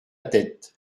tête